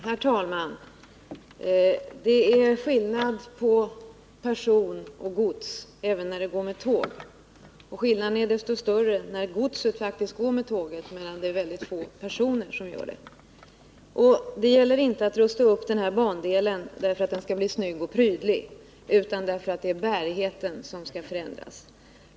Herr talman! Det är skillnad på person och gods även vid transport med tåg. Skillnaderna är större när det faktiskt fraktas en del gods med tåg samtidigt som mycket få tågpassagerare färdas samma sträcka. Det är inte heller bara fråga om att rusta upp denna bandel därför att den skall bli snygg och prydlig, utan det är bärigheten som skall förändras.